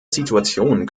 situation